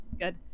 good